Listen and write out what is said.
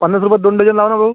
पन्नास रुपयांत दोन डझन लावा ना भाऊ